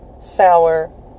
sour